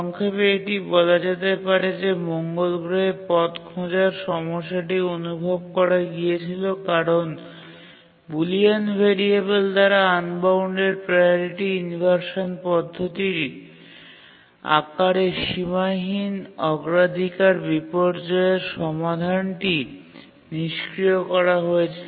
সংক্ষেপে এটি বলা যেতে পারে যে মঙ্গল গ্রহে পথ খোঁজার সমস্যাটি অনুভব করা গিয়েছিল কারণ বুলিয়ান ভেরিয়েবল দ্বারা আনবাউন্ডেড প্রাওরিটি ইনভারসান পদ্ধতির আকারে সীমাহীন অগ্রাধিকার বিপর্যয়ের সমাধানটি নিষ্ক্রিয় করা হয়েছিল